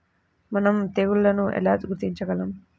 మనం తెగుళ్లను ఎలా గుర్తించగలం?